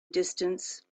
distance